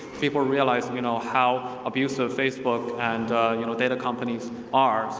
people realize and you know how abusive facebook and you know data companies are.